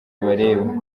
bibareba